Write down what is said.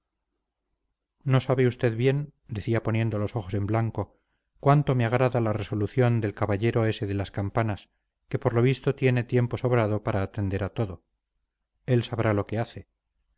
no sabe usted bien decía poniendo los ojos en blanco cuánto me agrada la resolución del caballero ese de las campanas que por lo visto tiene tiempo sobrado para atender a todo él sabrá lo que hace